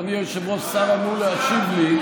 אדוני היושב-ראש, השר אמור להשיב לי.